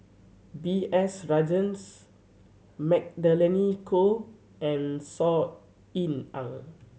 B S Rajhans Magdalene Khoo and Saw Ean Ang